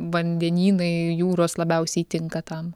vandenynai jūros labiausiai tinka tam